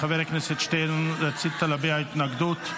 חבר הכנסת שטרן, רצית להביע התנגדות.